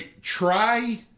Try